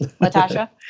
Natasha